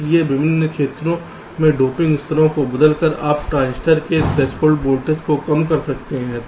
इसलिए विभिन्न क्षेत्रों के डोपिंग स्तरों को बदलकर आप ट्रांजिस्टर के थ्रेसहोल्ड वोल्टेज को बदल सकते हैं